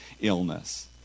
illness